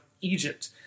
Egypt